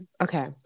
Okay